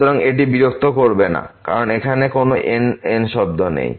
সুতরাং এটি বিরক্ত করবে না কারণ এখানে কোন n শব্দ নেই